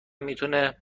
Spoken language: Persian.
میتونه